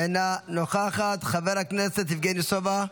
אינה נוכחת, חבר הכנסת יבגני סובה,